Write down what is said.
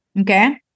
Okay